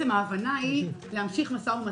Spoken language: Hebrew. שמשמעותן להמשיך משא ומתן.